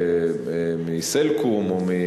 מ"סלקום" או,